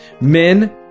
men